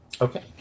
Okay